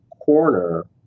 corner